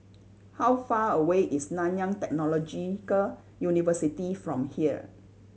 how far away is Nanyang Technological University from here